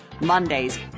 Mondays